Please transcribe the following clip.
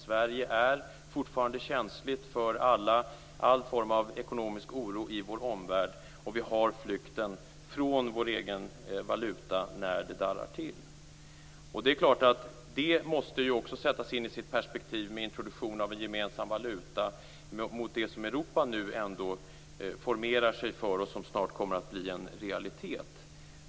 Sverige är fortfarande känsligt för all form av ekonomisk oro i vår omvärld, och vi får en flykt från vår egen valuta när det darrar till. Det måste naturligtvis också sättas in i perspektivet av introduktionen av en gemensam valuta, det som Europa nu formerar sig för och som snart kommer att bli en realitet.